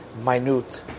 minute